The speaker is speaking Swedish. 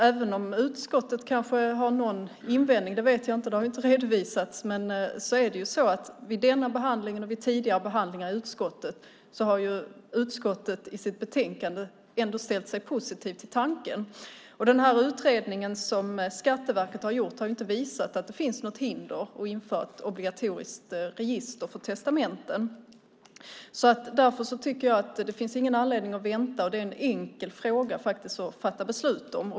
Även om utskottet har någon invändning - och det vet jag inte, för det har inte redovisats - har utskottet vid denna behandling och vid tidigare behandlingar i sitt betänkande ställt sig positivt till tanken. Utredningen som Skatteverket har gjort har inte heller visat att det finns något hinder för att införa ett obligatoriskt register för testamenten. Därför tycker jag att det inte finns någon anledning att vänta, och det är faktiskt en enkel fråga att fatta beslut om.